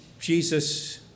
Jesus